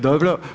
Dobro.